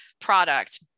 product